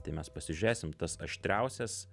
tai mes pasižiūrėsim tas aštriausias